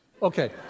Okay